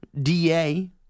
DA